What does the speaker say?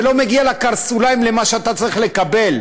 זה לא מגיע לקרסוליים של מה שאתה צריך לקבל.